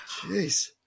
jeez